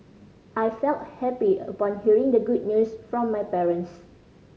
I felt happy upon hearing the good news from my parents